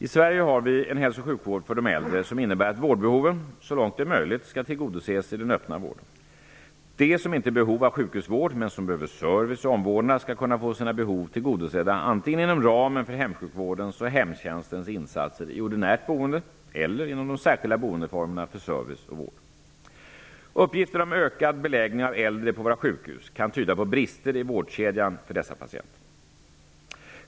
I Sverige har vi en hälso och sjukvård för de äldre som innebär att vårdbehoven -- så långt det är möjligt -- skall tillgodoses i den öppna vården. De som inte är i behov av sjukhusvård men som behöver service och omvårdnad skall kunna få sina behov tillgodosedda antingen inom ramen för hemsjukvårdens och hemstjänstens insatser i ordinärt boende eller inom de särskilda boendeformerna för service och vård. Uppgifterna om ökad beläggning av äldre på våra sjukhus kan tyda på brister i vårdkedjan för dessa patienter.